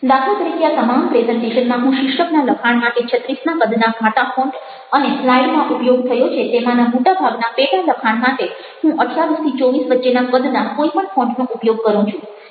દાખલા તરીકે આ તમામ પ્રેઝન્ટેશનમાં હું શીર્ષકના લખાણ માટે 36 ના કદના ઘાટા ફોન્ટ અને સ્લાઈડમાં ઉપયોગ થયો છે તેમાંના મોટા ભાગના પેટા લખાણ માટે હું 28 24 વચ્ચેના કદના કોઈ પણ ફોન્ટનો ઉપયોગ કરું છું